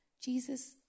Jesus